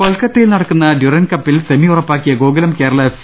കൊൽക്കത്തയിൽ നടക്കുന്ന ഡ്യൂറന്റ് കപ്പിൽ സെമി ഉറപ്പാക്കിയ ഗോകുലം കേരള എഫ്